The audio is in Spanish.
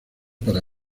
para